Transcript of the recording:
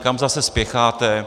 Kam zase spěcháte?